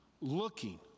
looking